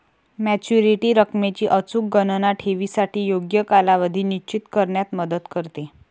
maturity रकमेची अचूक गणना ठेवीसाठी योग्य कालावधी निश्चित करण्यात मदत करते